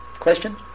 Question